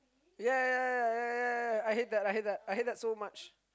ya ya ya ya ya ya I hate that I hate that I hate that so much